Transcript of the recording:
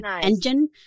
engine